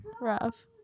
Rough